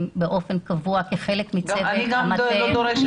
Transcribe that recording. באופן קבוע כחלק --- גם אני לא דורשת את זה.